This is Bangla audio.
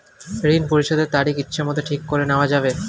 ঋণ পরিশোধের তারিখ ইচ্ছামত ঠিক করে নেওয়া যাবে?